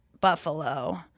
buffalo